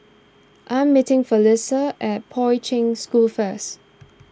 I'm meeting Felisha at Poi Ching School first